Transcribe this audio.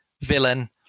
villain